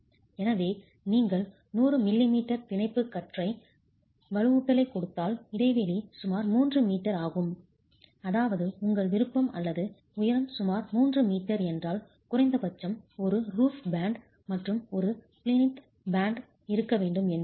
எனவே நீங்கள் 100 மிமீ பிணைப்பு கற்றை வலுவூட்டலைக் கொடுத்தால் இடைவெளி சுமார் 3 மீட்டர் ஆகும் அதாவது உங்கள் விருப்பம் அல்லது உயரம் சுமார் 3 மீட்டர் என்றால் குறைந்தபட்சம் ஒரு ரூஃப் பேண்ட் மற்றும் ஒரு பிளின்த் பேண்ட் இருக்க வேண்டும் என்று அர்த்தம் ஆகும்